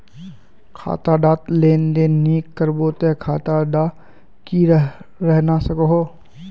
खाता डात लेन देन नि करबो ते खाता दा की रहना सकोहो?